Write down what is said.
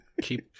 Keep